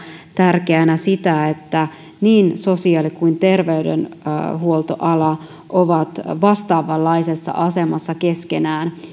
tärkeänä sitä että niin sosiaali kuin terveydenhuoltoala ovat vastaavanlaisessa asemassa keskenään